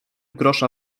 grosza